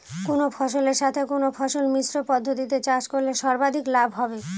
কোন ফসলের সাথে কোন ফসল মিশ্র পদ্ধতিতে চাষ করলে সর্বাধিক লাভ হবে?